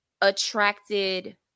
attracted